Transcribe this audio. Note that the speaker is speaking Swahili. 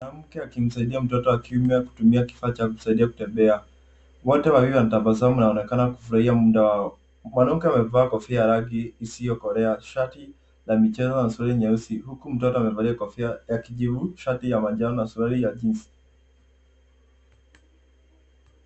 Mwanamke akimsaidia mtoto wa kiume kutumia kifaa cha kujisaidia kutembea. Wote wawili wanatabasamu na wanaonekana kufurahia muda wao. Mwanamke amevaa kofia ya rangi isiyokolea, shati la michezo na suruali nyeusi. Huku mtoto amevalia kofia ya kijivu, shati ya majano na suruali ya (cs) jeans(cs)